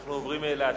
אנחנו עוברים להצבעה